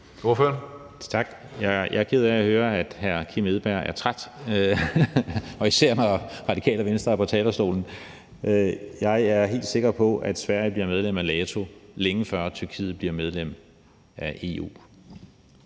Jeg er ked af at høre, at hr. Kim Edberg Andersen er træt, og især når Radikale Venstre er på talerstolen. Jeg er helt sikker på, at Sverige bliver medlem af NATO, længe før Tyrkiet bliver medlem af EU.